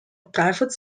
private